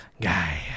guy